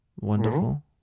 Wonderful